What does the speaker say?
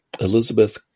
Elizabeth